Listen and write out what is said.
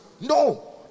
No